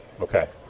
Okay